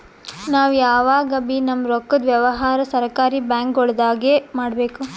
ನಾವ್ ಯಾವಗಬೀ ನಮ್ಮ್ ರೊಕ್ಕದ್ ವ್ಯವಹಾರ್ ಸರಕಾರಿ ಬ್ಯಾಂಕ್ಗೊಳ್ದಾಗೆ ಮಾಡಬೇಕು